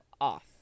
off